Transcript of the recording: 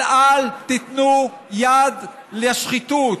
אבל אל תיתנו יד לשחיתות,